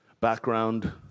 background